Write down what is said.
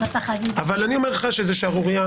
אבל אני אומר לך שזה שערורייה